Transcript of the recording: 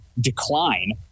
decline